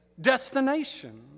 destination